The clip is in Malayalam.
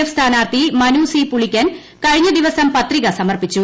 എഫ് സ്ഥാനാർത്ഥി മനു സി പുളിക്കൻ കഴിഞ്ഞദിവസം പത്രിക സമർപ്പിച്ചു